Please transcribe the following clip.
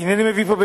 הנני מביא פה,